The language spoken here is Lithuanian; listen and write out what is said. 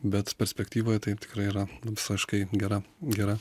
bet perspektyvoje tai tikrai yra visiškai gera gera